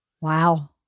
wow